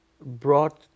brought